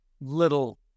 little